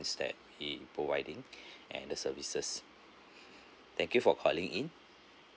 that we providing and the services thank you for calling in